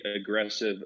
aggressive